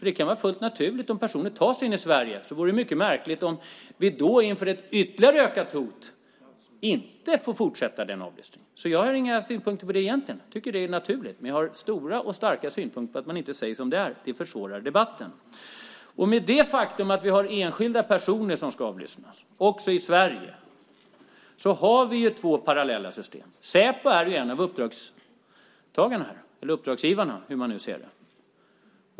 Det kan vara fullt naturligt om personer tar sig in i Sverige. Det vore mycket märkligt om vi inför ett ytterligare ökat hot inte får fortsätta avlyssningen. Jag har egentligen inga synpunkter på det; det är naturligt. Men jag har stora och starka invändningar mot att man inte säger som det är. Det försvårar debatten. Med det faktum att vi har enskilda som ska avlyssnas också i Sverige har vi två parallella system. Säpo är en av uppdragstagarna eller uppdragsgivarna beroende på hur man ser det.